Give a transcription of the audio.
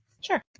Sure